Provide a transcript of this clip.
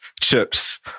chips